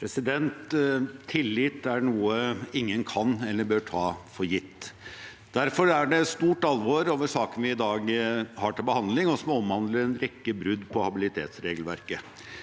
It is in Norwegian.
Tillit er noe in- gen kan eller bør ta for gitt. Derfor er det stort alvor over saken vi i dag har til behandling, som omhandler en rekke brudd på habilitetsregelverket.